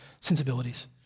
sensibilities